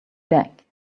back